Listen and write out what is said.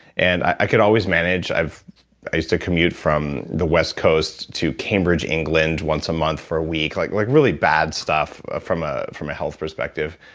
and i could always manage. i used to commute from the west coast to cambridge, england once a month for a week like like really bad stuff ah from ah from a health perspective.